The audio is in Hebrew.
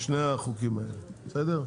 שני החוקים האלה, בסדר?